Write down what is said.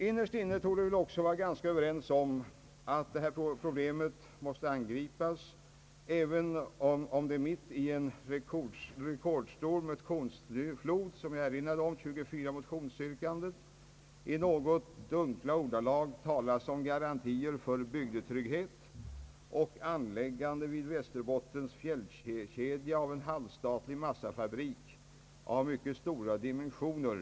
Innerst inne torde vi väl också vara ganska överens om att problemet måste angripas, även om det mitt i den rekordstora motionsfloden med 24 yrkanden talas i något dunkla ordalag om garantier för »bygdetrygghet» och anläggande vid Västerbottens fjällkedja av en halvstatlig massafabrik av mycket stora dimensioner.